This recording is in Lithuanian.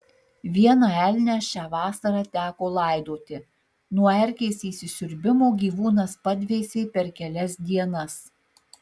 vieną elnią šią vasarą teko laidoti nuo erkės įsisiurbimo gyvūnas padvėsė per kelias dienas